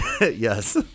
Yes